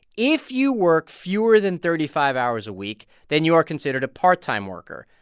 if you work fewer than thirty five hours a week, then you are considered a part-time worker.